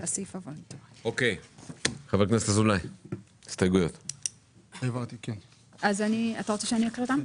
הצבעה ההסתייגות לא התקבלה.